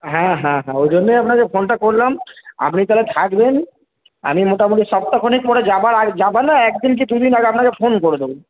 হ্যাঁ হ্যাঁ হ্যাঁ ওই জন্যই আপনাকে ফোনটা করলাম আপনি তাহলে থাকবেন আমি মোটামোটি সপ্তাহখানেক পরে যাওয়ার আগ যাওয়ার না একদিন কি দুদিন আগে আপনাকে ফোন করে দেব